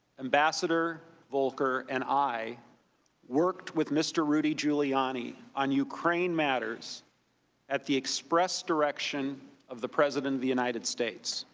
ambassador volker, and i worked with mr. rudy giuliani on ukraine matters at the express direction of the president of the united states.